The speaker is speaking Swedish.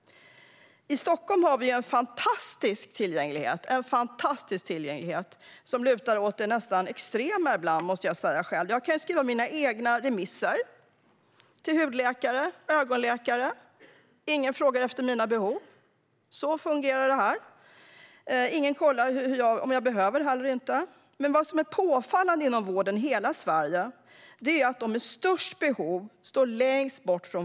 I Stockholm har vi en fantastisk tillgänglighet. Den är nästan extrem ibland, måste jag säga. Jag kan skriva mina egna remisser till hudläkare och ögonläkare. Ingen frågar efter mina behov. Så fungerar det. Ingen kollar om jag behöver detta eller inte. Men vad som är påfallande inom vården i hela Sverige är att de med störst behov står längst ifrån vården.